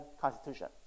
constitution